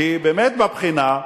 כי באמת בבחינה,